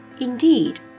Indeed